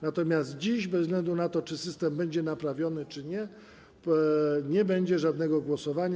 Natomiast dziś, bez względu na to, czy system będzie naprawiony czy nie, nie będzie żadnego głosowania.